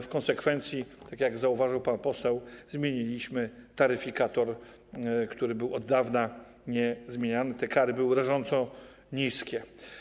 W konsekwencji, tak jak zauważył pan poseł, zmieniliśmy taryfikator, który od dawna nie był zmieniany, te kary były rażąco niskie.